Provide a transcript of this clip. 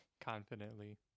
confidently